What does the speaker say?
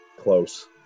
Close